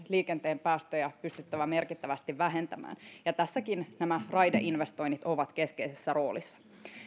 liikenteen päästöjä pystyttävä merkittävästi vähentämään ja tässäkin nämä raideinvestoinnit ovat keskeisessä roolissa